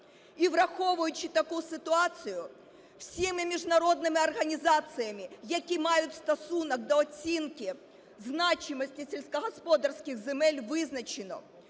І, враховуючи таку ситуацію, всіма міжнародними організаціями, які мають стосунок до оцінки значимості сільськогосподарських земель, визначено,